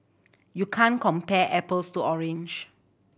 you can't compare apples to orange